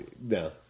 no